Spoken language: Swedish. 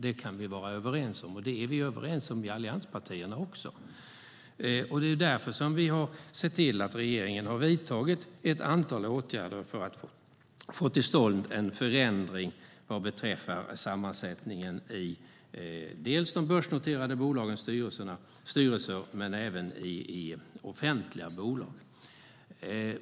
Det kan vi vara överens om, och det är vi överens om i allianspartierna också. Det är därför som vi har sett till att regeringen har vidtagit ett antal åtgärder för att få till stånd en förändring vad beträffar sammansättningen i de börsnoterade bolagens styrelser och även i offentliga bolags styrelser.